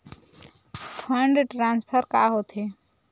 Fund transfer का होथे?